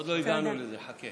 עוד לא הגענו לזה, חכה